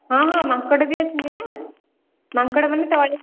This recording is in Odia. ହଁ ହଁ ମାଙ୍କଡ ବି ଅଛନ୍ତି ନା ମାଙ୍କଡ଼ ମାନେ ତଳେ ଚାଲୁଛନ୍ତି